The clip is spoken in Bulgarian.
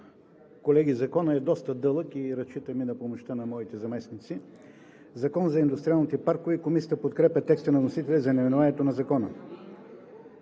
Колеги, Законопроектът е доста дълъг и разчитам на помощта на моите заместници. „Закон за индустриалните паркове“. Комисията подкрепя текста на вносителя за наименованието на Закона.